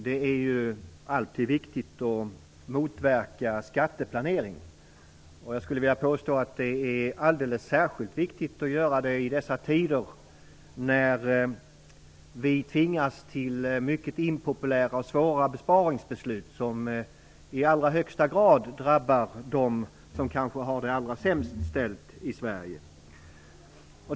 Herr talman! Det är alltid viktigt att motverka skatteplanering. Jag skulle vilja påstå att det är alldeles särskilt viktigt att göra det i dessa tider, när vi tvingas till mycket impopulära och svåra besparingsbeslut, som i allra högsta grad drabbar dem som kanske har det allra sämst ställt i Sverige.